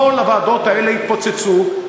כל הוועדות האלה התפוצצו,